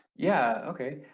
yeah, okay